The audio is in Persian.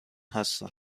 هستم